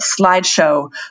slideshow